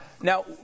Now